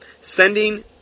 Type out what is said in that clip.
Sending